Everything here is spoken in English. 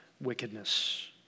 wickedness